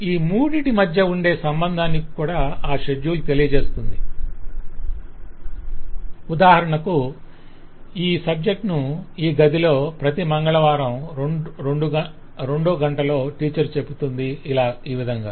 ఈ మూడిటి మధ్య ఉండే సంబంధాన్ని ఆ షెడ్యూల్ తెలియజేస్తుంది ఉదాహరణకు ఈ సబ్జెక్టు ను ఈ గదిలో ప్రతి మంగళవారం రెండో గంటలో ఈ టీచర్ చెప్పుతుంది ఇలాగ